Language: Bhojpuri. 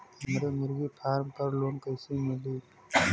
हमरे मुर्गी फार्म पर लोन कइसे मिली?